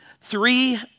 three